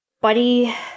buddy